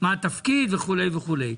מה התפקיד וכולי וכולי.